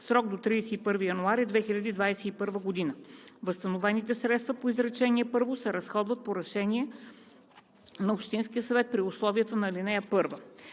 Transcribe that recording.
срок до 31 януари 2021 г. Възстановените средства по изречение първо се разходват по решение на общинския съвет при условията на ал. 1.